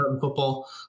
Football